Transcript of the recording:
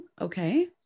Okay